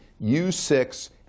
U6